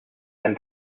and